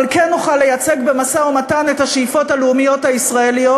אבל כן נוכל לייצג במשא-ומתן את השאיפות הלאומיות הישראליות